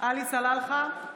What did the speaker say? עלי סלאלחה,